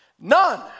None